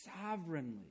sovereignly